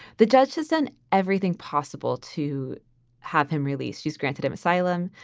the judge has done everything possible to have him released. he's granted him asylum.